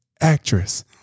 actress